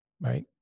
right